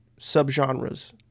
subgenres